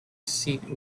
seat